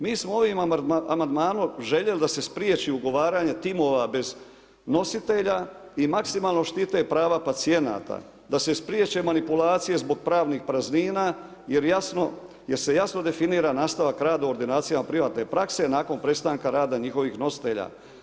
Mi smo ovim amandmanom željeli da se spriječi ugovaranje timova bez nositelja i maksimalno štite pravo pacijenata, da se priječe manipulacije zbog pravnih praznina, jer se jasno definira nastavak rada u ordinacijama privatne prakse nakon prestanka rada njihovih nositelja.